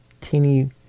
teeny